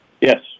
Yes